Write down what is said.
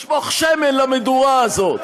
לשפוך שמן למדורה הזאת.